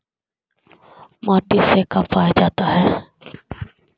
माटी से का पाया जाता है?